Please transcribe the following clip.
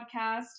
podcast